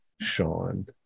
Sean